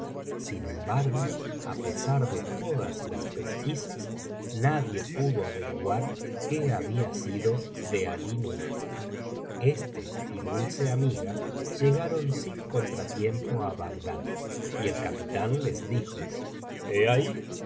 sin embargo á pesar de todas las pesquisas nadie pudo averiguar qué había sido de alí nur este y dulce amiga llegaron sin contratiempo á bagdad y el capitán les dijo he ahí